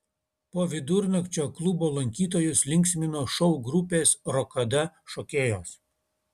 po vidurnakčio klubo lankytojus linksmino šou grupės rokada šokėjos